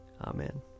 Amen